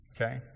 okay